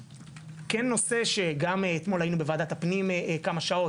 נושא שהיינו אתמול בוועדת הפנים כמה שעות,